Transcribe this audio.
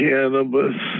Cannabis